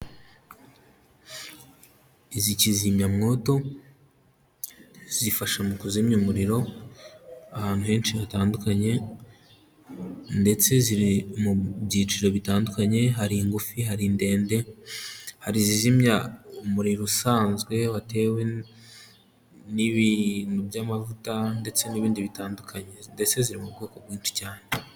Izi kizimyamwoto zifasha mu kuzimya umuriro ahantu henshi hatandukanye ndetse ziri mu byiciro bitandukanye hari ingufi hari ndende hari izizimya umuriro usanzwe watewe n'ibintu by'amavuta ndetse n'ibindi bitandukanye ndetse ziri mu bwoko bwinshi cyane.